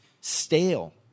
stale